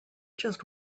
just